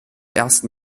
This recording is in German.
ersten